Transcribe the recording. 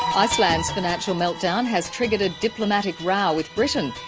iceland's financial meltdown has triggered a diplomatic row with britain.